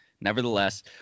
nevertheless